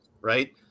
Right